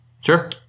Sure